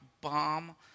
bomb